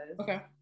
okay